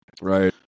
Right